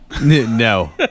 No